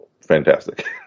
fantastic